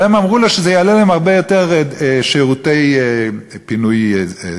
והם אמרו לו שזה יעלה להם הרבה יותר שירותי פינוי אשפה,